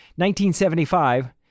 1975